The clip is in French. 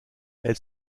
elle